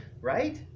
right